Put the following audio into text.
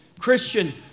Christian